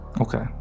Okay